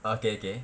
okay okay